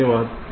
धन्यवाद